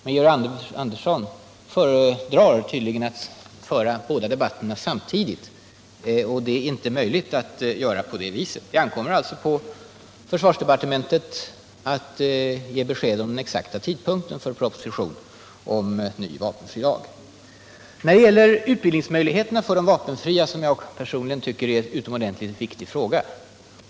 Georg Andersson föredrar tydligen att föra båda debatterna samtidigt, men det är inte möjligt att göra på det viset. Det ankommer alltså på försvarsdepartementet att ge besked om den exakta tidpunkten för propositionen om ny vapenfrilag. Utbildningsmöjligheterna för de vapenfria tycker jag personligen är en utomordentligt viktig fråga.